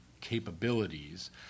capabilities